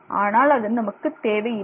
ஆனால் அது நமக்குத் தேவையில்லை